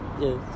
yes